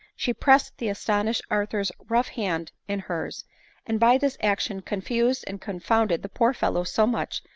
she pressed the astonished arthur's rough hand in her's and bythis action confused and confounded the poor fellow so much,